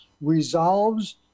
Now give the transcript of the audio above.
resolves